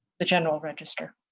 the general register.